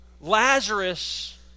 Lazarus